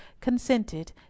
consented